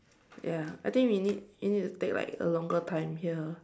ya I think we need we need to take like a longer time here